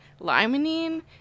limonene